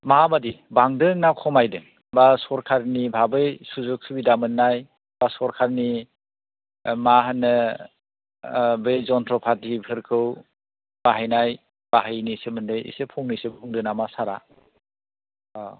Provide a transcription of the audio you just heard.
माबायदि बांदों ना खमायदों बा सरकारनि बाहाबै सुजुग सुबिदा मोननाय बा सरकारनि मा होनो बै जन्थ्र फाथिफोरखौ बाहायनाय बाहायैनि सोमोन्दै एसे फंनैसो बुंदो नामा सार आ अ'